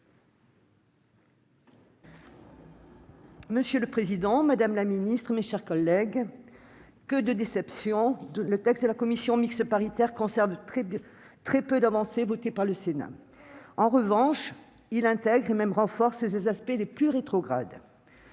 Monsieur le président, madame la ministre, mes chers collègues, que de déceptions ! Le texte de la commission mixte paritaire conserve très peu d'avancées votées par le Sénat. En revanche, il intègre, voire renforce, ses aspects les plus rétrogrades.